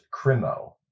Crimo